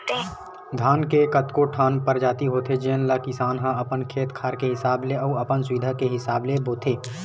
धान के कतको ठन परजाति होथे जेन ल किसान ह अपन खेत खार के हिसाब ले अउ अपन सुबिधा के हिसाब ले बोथे